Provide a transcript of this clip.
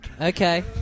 Okay